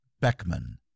Beckman